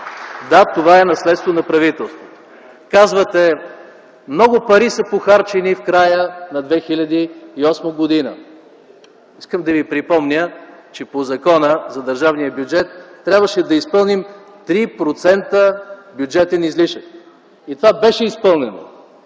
Да, това е наследство на правителството. Казвате: „много пари са похарчени в края на 2008 г.”. Искам да ви припомня, че по Закона за държавния бюджет трябваше да изпълним 3% бюджетен излишък, и това беше изпълнено.